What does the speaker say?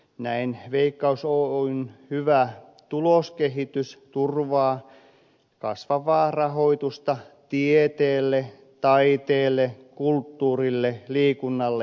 näin veikkaus oyn hyvä tuloskehitys turvaa kasvavaa rahoitusta tieteelle taiteelle kulttuurille liikunnalle ja nuorisotyölle